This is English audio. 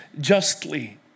justly